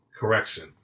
Correction